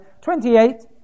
28